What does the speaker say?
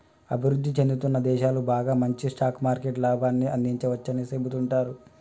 అభివృద్ధి చెందుతున్న దేశాలు బాగా మంచి స్టాక్ మార్కెట్ లాభాన్ని అందించవచ్చని సెబుతుంటారు